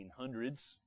1800s